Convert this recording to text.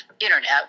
internet